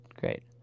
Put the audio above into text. Great